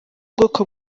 bwoko